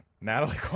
Natalie